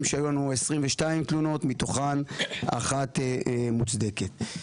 שהיו לנו 22 תלונות מתוכן אחת מוצדקת.